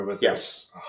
Yes